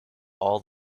all